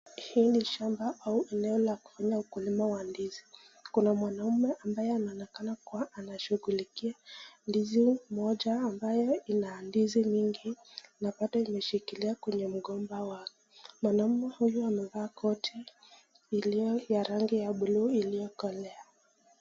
Hii ni shamba ama eneo la kufanya ukulima wa ndizi. Kuna mwanaume ambaye anaonekana kuwa anashughulikia ndizi moja ambayo ina ndizi mingi na bado imeshikilia kwenye mgomba wao. Mwanaume huyu amevaa koti iliyo ya rangi ya buluu iliyokolea.